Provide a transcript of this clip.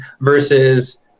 Versus